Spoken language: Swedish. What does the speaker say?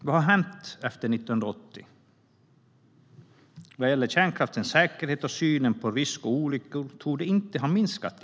Vad har hänt sedan 1980? När det gäller kärnkraftens säkerhet har risken för olyckor knappast minskat.